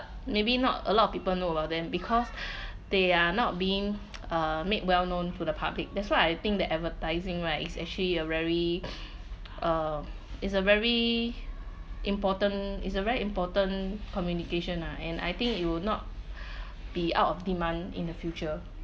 maybe not a lot of people know about them because they are not being uh made well known to the public that's why I think the advertising right is actually a very err is a very important is a very important communication ah and I think it will not be out of demand in the future